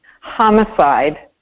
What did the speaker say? Homicide